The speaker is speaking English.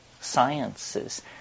sciences